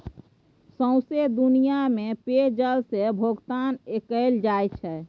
सौंसे दुनियाँ मे पे पल सँ भोगतान कएल जाइ छै